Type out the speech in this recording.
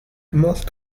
most